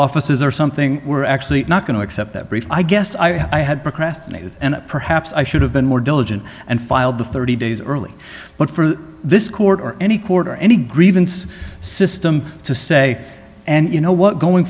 offices or something we're actually not going to except that brief i guess i had procrastinated and perhaps i should have been more diligent and filed the thirty days early but for this court or any quarter any grievance system to say and you know what going